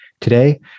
Today